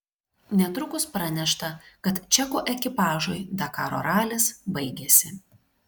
netrukus pranešta kad čekų ekipažui dakaro ralis baigėsi